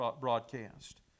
broadcast